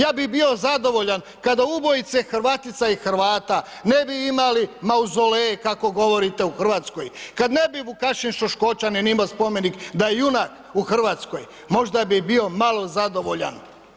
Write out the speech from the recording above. Ja bi bio zadovoljan kada ubojice Hrvatica i Hrvata ne bi imali mauzoleje kako govorite u Hrvatskoj, kada ne bi Vukašin Šoškočanin imao spomenik da je junak u Hrvatskoj, možda bi bio malo zadovoljan.